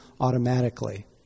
automatically